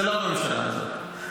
זה לא בממשלה הזאת.